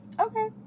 Okay